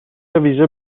ویژه